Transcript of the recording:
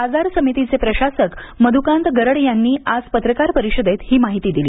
बाजार समितीचे प्रशासक मध्कांत गरड यांनी आज पत्रकार परीषदेत ही माहिती दिली